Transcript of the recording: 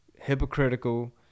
hypocritical